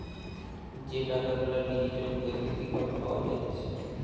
যে টাকা গুলা ডিজিটালি বৈদ্যুতিক ভাবে পাওয়া যাইতেছে